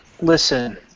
Listen